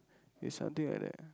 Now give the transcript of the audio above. is something like that ah